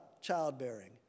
childbearing